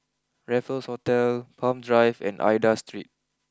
Raffles Hotel Palm Drive and Aida Street